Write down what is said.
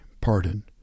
pardon